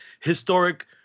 historic